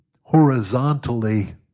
horizontally